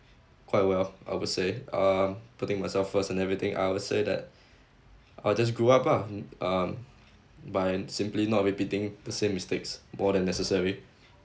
quite well I would say um putting myself first and everything I would say that I will just grew up ah m~ um by simply not repeating the same mistakes more than necessary